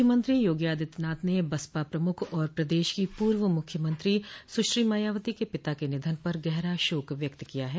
मुख्यमंत्री योगी आदित्यनाथ ने बसपा प्रमुख और प्रदेश की पूर्व मुख्यमंत्री सुश्री मायावती के पिता के निधन पर गहरा शोक व्यक्त किया है